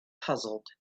puzzled